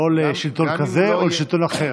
לא לשלטון כזה או אחר.